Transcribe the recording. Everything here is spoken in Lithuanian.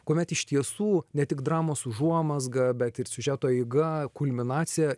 kuomet iš tiesų ne tik dramos užuomazga bet ir siužeto eiga kulminacija